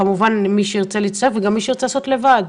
כמובן מי שירצה להצטרף וגם מי שירצה לעשות לבד.